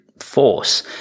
Force